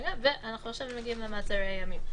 ועכשיו אנחנו מגיעים למעצרי ימים.